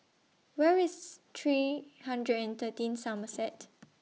Where IS three hundred and thirteen Somerset